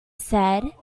said